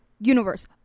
Universe